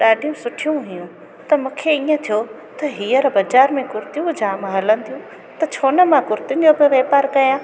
ॾाढियूं सुठियूं हुयूं त मूंखे ईअं थियो त हीअंर बाज़ारि में कुर्तियूं जाम हलनि थियूं त छो न मां कुर्तियुनि जो वापारु कयां